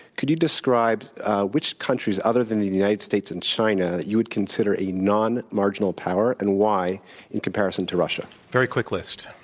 could you describe which countries other than the united states and china you would consider a nonmarginal power and why in comparison to russia. very quick list.